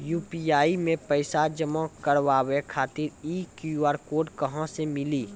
UPI मे पैसा जमा कारवावे खातिर ई क्यू.आर कोड कहां से मिली?